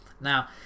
now